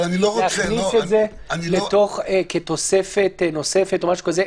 להכניס את זה כתוספת נוספת או משהו כזה,